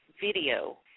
video